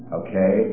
okay